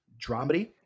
dramedy